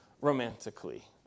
romantically